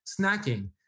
snacking